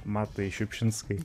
matai šiupšinskai